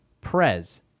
Prez